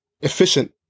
efficient